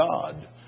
God